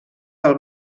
del